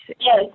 Yes